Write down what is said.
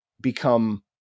become